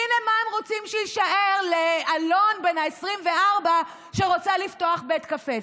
הינה מה הם רוצים שיישאר לאלון בן ה-24 שרוצה לפתוח בית קפה.